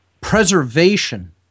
preservation